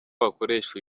wakoresha